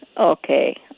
Okay